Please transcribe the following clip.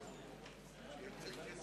של קבוצת